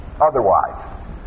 Otherwise